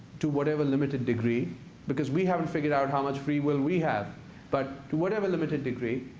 to whatever limited degree because we haven't figured out how much free will we have but to whatever limited degree,